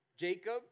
Jacob